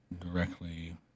directly